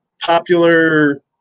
popular